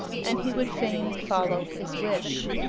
and he would fain follow his wish.